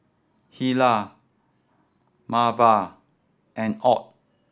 Hilah Marva and Ott